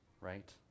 right